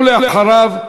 ואחריו,